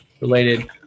related